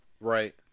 Right